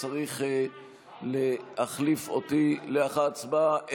שצריך להחליף אותי לאחר ההצבעה.